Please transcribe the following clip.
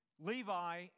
Levi